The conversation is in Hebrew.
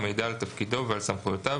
המעידה על תפקידו ועל סמכויותיו,